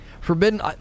Forbidden